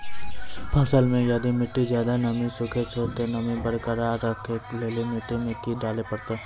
फसल मे यदि मिट्टी ज्यादा नमी सोखे छै ते नमी बरकरार रखे लेली मिट्टी मे की डाले परतै?